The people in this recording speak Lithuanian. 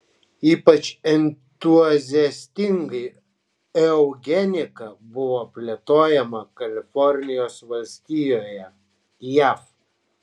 ypač entuziastingai eugenika buvo plėtojama kalifornijos valstijoje jav